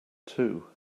too